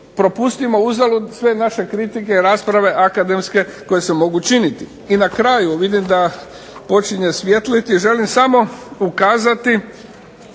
propustimo uzalud sve naše kritike, rasprave akademske koje se mogu činiti. I na kraju, vidim da počinje svijetliti, želim samo ukazati